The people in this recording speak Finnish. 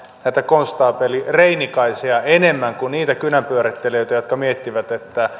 näitä konstaapeli reinikaisia enemmän kuin niitä kynänpyörittelijöitä jotka miettivät